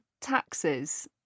taxes